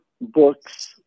books